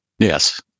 Yes